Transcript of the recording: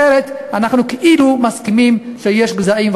אחרת אנחנו כאילו מסכימים שיש גזעים,